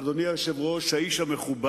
אבל, אדוני היושב-ראש, האיש המכובד